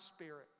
spirit